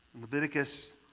Leviticus